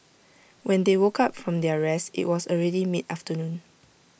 when they woke up from their rest IT was already mid afternoon